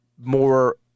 more